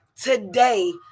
today